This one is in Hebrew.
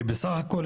כי בסך הכול,